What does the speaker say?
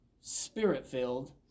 spirit-filled